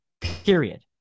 period